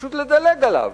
פשוט לדלג עליו,